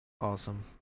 awesome